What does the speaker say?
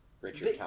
Richard